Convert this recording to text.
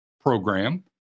program